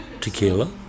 tequila